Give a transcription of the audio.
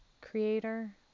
creator